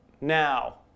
now